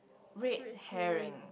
red herring